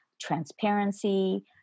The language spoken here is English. transparency